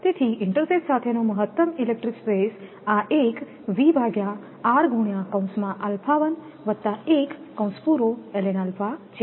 તેથી ઇન્ટરસેથ સાથેનો મહત્તમ ઇલેક્ટ્રિક સ્ટ્રેસ આ એક છે